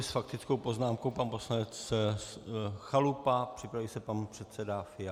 S faktickou poznámkou pan poslanec Chalupa, připraví se pan předseda Fiala.